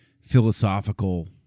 philosophical